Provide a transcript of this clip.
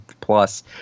plus